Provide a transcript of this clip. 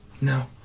No